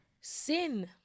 sin